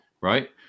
Right